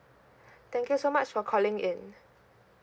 thank you so much for calling in